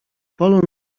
polu